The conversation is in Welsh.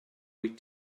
wyt